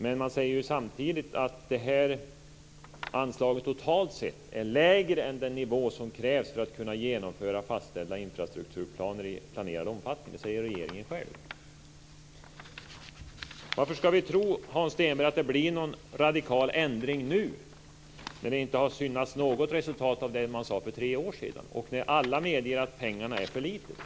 Men man säger ju samtidigt att detta anslag totalt sett är lägre än den nivå som krävs för att kunna genomföra fastställda infrastrukturplaner i planerad omfattning. Detta säger regeringen själv. Varför ska vi tro, Hans Stenberg, att det blir någon radikal ändring nu när det inte har synts något resultat av det som man sade för tre år sedan? Och alla medger att det är för lite pengar.